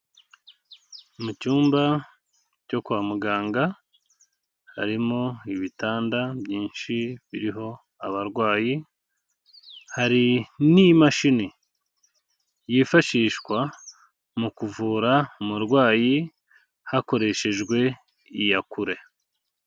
Mu cyumba cyo kwa muganga harimo ibitanda byinshi biriho abarwayi, hari n'imashini yifashishwa mu kuvura umurwayi hakoreshejwe iyakure.